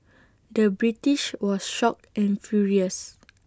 the British was shocked and furious